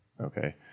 Okay